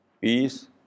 peace